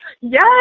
Yes